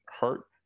hurt